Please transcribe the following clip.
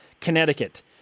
Connecticut